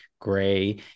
gray